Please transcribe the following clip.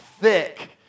thick